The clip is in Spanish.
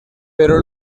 pero